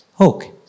Okay